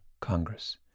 Congress